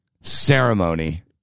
ceremony